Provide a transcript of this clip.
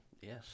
Yes